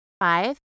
Five